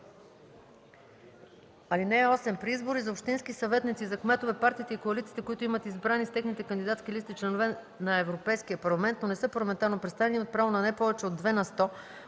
(8) При избори за общински съветници и за кметове партиите и коалициите, които имат избрани с техните кандидатски листи членове на Европейския парламент, но не са парламентарно представени, имат право на не повече от две на сто от